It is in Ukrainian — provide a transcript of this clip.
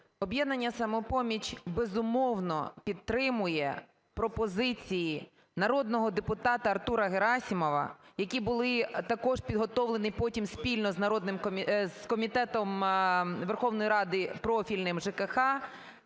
"Об'єднання "Самопоміч", безумовно підтримує пропозиції народного депутата Артура Герасимова, які були також підготовлені потім спільно з народним... з комітетом Верховної Ради профільним, ЖКХ,